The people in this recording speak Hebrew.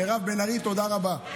מירב בן ארי, תודה רבה.